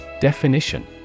Definition